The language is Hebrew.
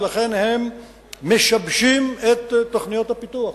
ולכן הם משבשים את תוכניות הפיתוח.